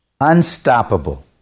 Unstoppable